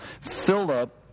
Philip